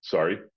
Sorry